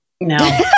no